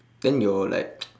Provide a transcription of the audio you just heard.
then your like